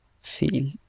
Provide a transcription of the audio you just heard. feel